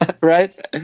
Right